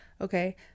Okay